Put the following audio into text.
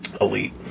Elite